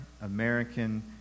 American